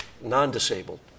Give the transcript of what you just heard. non-disabled